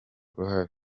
uruhare